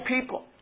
people